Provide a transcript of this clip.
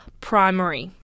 primary